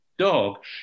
dog